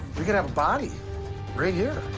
we could have a body right here.